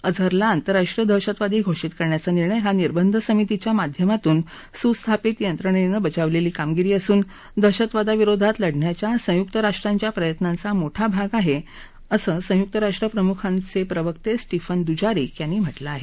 अझरला आंतर्राष्ट्रीय दहशतवादी घोषित करण्याचा निर्णय हा निर्बंध समितीच्या माध्यमातून सुस्थापित यंत्रणेनं बजावलेली कामगिरी असून दहशतवादाविरोधात लढण्याच्या संयुक राष्ट्रांच्या प्रयत्नांचा मोठा भाग आहे असं संयुक्त राष्ट्र प्रमुखांचे प्रवक्ते स्टीफन दुजारिक यांनी म्हटलं आहे